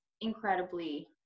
incredibly